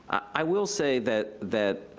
i will say that, that,